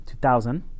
2000